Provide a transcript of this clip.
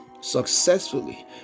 successfully